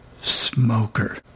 smoker